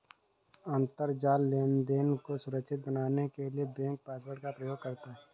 अंतरजाल लेनदेन को सुरक्षित बनाने के लिए बैंक पासवर्ड का प्रयोग करता है